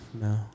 No